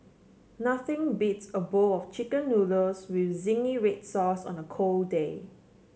nothing beats a bowl of chicken noodles with zingy red sauce on a cold day